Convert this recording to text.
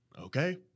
okay